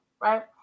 right